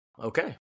Okay